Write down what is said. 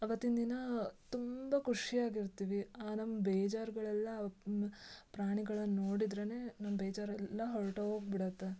ಅವತ್ತಿನ ದಿನ ತುಂಬ ಖುಷಿಯಾಗ್ ಇರ್ತೀವಿ ನಮ್ಮ ಬೇಜಾರುಗಳೆಲ್ಲ ಪ್ರಾಣಿಗಳನ್ನು ನೋಡಿದರೇನೆ ನಮ್ಮ ಬೇಜಾರೆಲ್ಲ ಹೊರ್ಟೋಗಿ ಬಿಡುತ್ತೆ